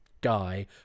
guy